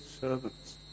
servants